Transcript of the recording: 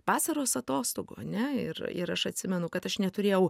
vasaros atostogų ane ir ir aš atsimenu kad aš neturėjau